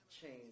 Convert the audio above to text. change